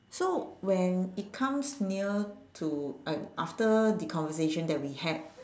so when it comes near to uh after the conversation that we had